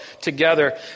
together